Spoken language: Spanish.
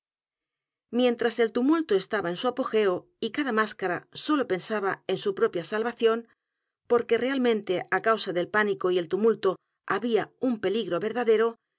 mientras el tumulto estaba en su apogeo y cada máscara sólo pensaba en su propia salvación porque realmente á causa del pánico y el tumulto había un peligro verdadero